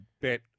bet